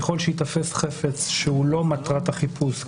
ככל שייתפס חפץ שהוא לא מטרת החיפוש,